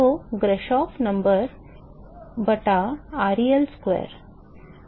तो ग्राशॉफ संख्या बटा ReL square